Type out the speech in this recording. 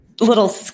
little